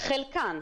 חלקן.